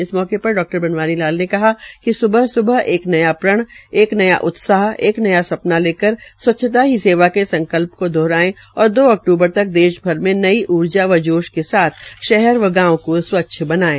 इस मौके पर डा बनवारी लाल ने कहा कि सुबह सुबह एक न्या प्रण एक न्या उत्साह एक न्या सपना लेकर स्वच्छता ही सेवा के संकल्प का दोहराये और दो अक्तूबर तक देश भ्जर में नई ऊर्जा व जोश के साथ शहर व गांव को स्वच्छ बनाये